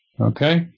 okay